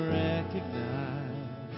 recognize